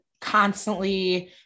constantly